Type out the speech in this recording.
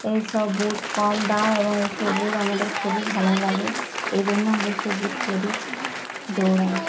এইসব বুট কম দাম এবং এইসব বুট আমাদের খুবই ভালো লাগে এই জন্য আমরা এসব বুট পরিি দৌড়াই